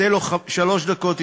תן לו שלוש דקות אתי.